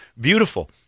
Beautiful